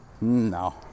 No